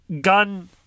gun